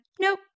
nope